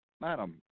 madam